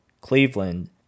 Cleveland